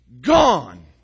gone